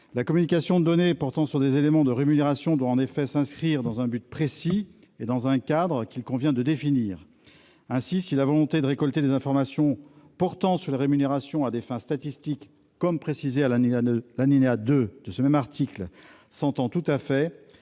La communication de données portant sur des éléments de rémunération doit viser un but précis et s'inscrire dans un cadre qu'il convient de définir. Ainsi, si la volonté de récolter des informations portant sur les rémunérations à des fins statistiques, comme le précise l'alinéa 2 du présent article, s'entend tout à fait,